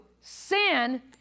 sin